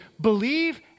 Believe